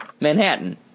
Manhattan